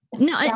No